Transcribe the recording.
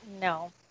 no